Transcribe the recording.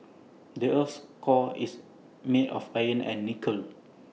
the Earth's core is made of iron and nickel